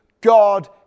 God